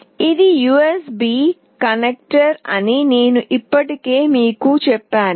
ఇది USB connector అని నేను ఇప్పటికే మీకు చెప్పాను